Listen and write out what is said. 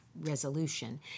resolution